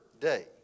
day